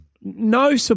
No